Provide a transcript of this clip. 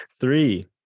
Three